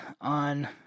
on